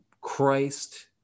Christ